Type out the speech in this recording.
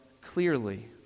clearly